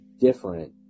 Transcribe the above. different